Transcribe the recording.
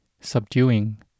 subduing